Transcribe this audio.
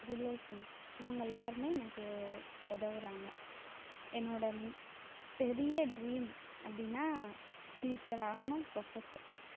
relations இவங்க எல்லோருமே எனக்கு உதவுறாங்க என்னோடய பெரிய டிரீம் அப்படின்னா டீச்சராகணும் ப்ரொஃபஸர்